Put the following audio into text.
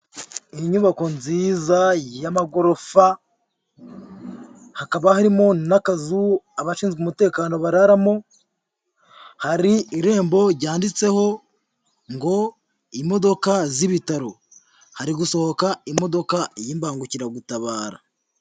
Inyubako nziza y'amagorofa, hakaba harimo n'akazu abashinzwe umutekano bararamo, hari irembo ryanditseho ngo imodoka z'ibitaro, hari gusohoka imodoka y'imbangukiragutabara.